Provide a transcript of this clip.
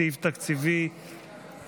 סעיף תקציבי 89,